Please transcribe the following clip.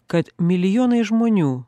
kad milijonai žmonių